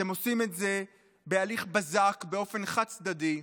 אתם עושים את זה בהליך בזק, באופן חד-צדדי,